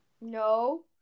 No